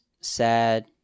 sad